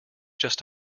just